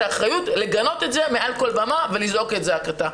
האחריות לגנות את זה מעל כל במה ולזעוק את זעקתה.